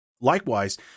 Likewise